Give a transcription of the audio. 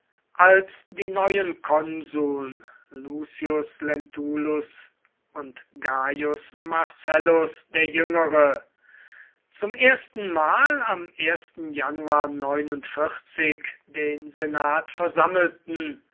als die neuen konsuln lucius lentulus und gaius marcellus der jüngere zum erstenmal am januar den senat versammelten